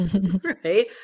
right